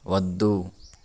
వద్దు